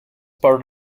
part